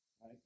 right